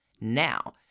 Now